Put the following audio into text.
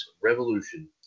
Revolution